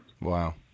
Wow